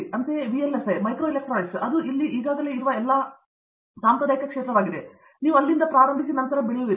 ಅಂತೆಯೇ VLSI microelectronic ಇದು ಅಲ್ಲಿ ಈಗಾಗಲೇ ಇರುವ ಎಲ್ಲಾ ಸಂಪ್ರದಾಯವಾಗಿದೆ ನೀವು ಅಲ್ಲಿಂದ ಪ್ರಾರಂಭಿಸಿ ನಂತರ ನೀವು ಬೆಳೆಯುತ್ತಿರುವಿರಿ